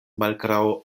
malgraŭ